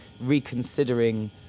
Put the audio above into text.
reconsidering